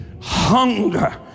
hunger